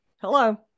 Hello